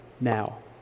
now